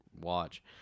watch